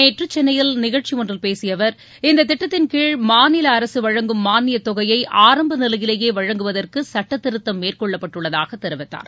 நேற்று சென்னையில் நிகழ்ச்சியொன்றில் பேசிய அவர் இந்த திட்டத்தின்கீழ் மாநில அரசு வழங்கும் மானியத் தொகையை ஆரம்ப நிலையிலேயே வழங்குவதற்கு சட்டத்திருத்தம் மேற்கொள்ளப்பட்டுள்ளதாக தெரிவித்தார்